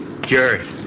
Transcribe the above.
Jerry